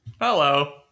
Hello